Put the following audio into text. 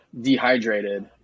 dehydrated